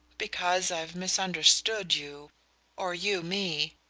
because i've misunderstood you or you me.